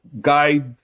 guide